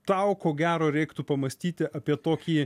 tau ko gero reiktų pamąstyti apie tokį